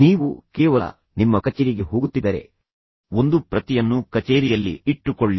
ನೀವು ಕೇವಲ ನಿಮ್ಮ ಕಚೇರಿಗೆ ಹೋಗುತ್ತಿದ್ದರೆ ಒಂದು ಪ್ರತಿಯನ್ನು ಕಚೇರಿಯಲ್ಲಿ ಇಟ್ಟುಕೊಳ್ಳಿ